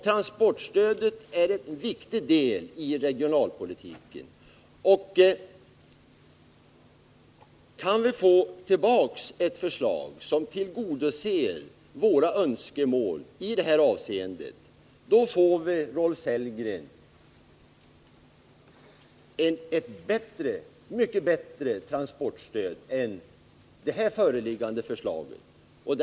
Transportstödet är en viktig del i regionalpolitiken. Kan vi få ett nytt förslag, som tillgodoser våra önskemål på det området, har vi, Rolf Sellgren, förutsättningar att få ett mycket bättre transportstöd än vad det förslag som vi nu behandlar skulle ge.